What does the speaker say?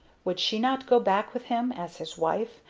would she not go back with him, as his wife,